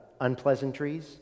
unpleasantries